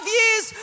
years